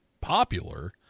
popular